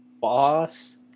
boss